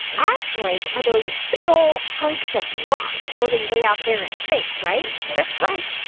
asteroids are those big, old hunks of rock floating way out there in space, right? that's right.